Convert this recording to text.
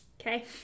Okay